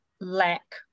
lack